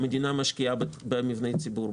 המדינה משקיעה במבני ציבור,